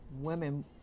women